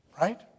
Right